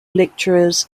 lecturers